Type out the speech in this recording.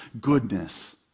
Goodness